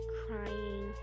crying